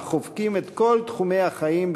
החובקים את כל תחומי החיים,